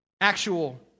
Actual